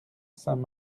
sainte